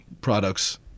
products